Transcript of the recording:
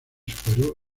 superó